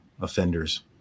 offenders